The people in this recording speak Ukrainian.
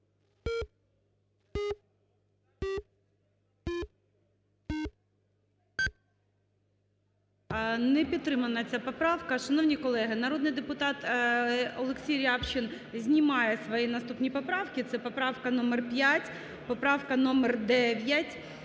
Не підтримана ця поправка. Шановні колеги, народний депутат Олексій Рябчин знімає свої наступні поправки. Це поправка номер 5, поправка номер 9,